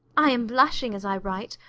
i am blushing as i write,